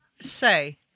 say